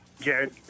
Jared